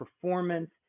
performance